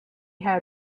had